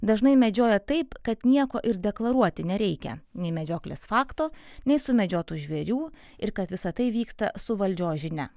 dažnai medžioja taip kad nieko ir deklaruoti nereikia nei medžioklės fakto nei sumedžiotų žvėrių ir kad visa tai vyksta su valdžios žinia